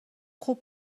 خوب